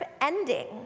ending